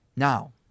Now